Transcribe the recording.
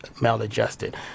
maladjusted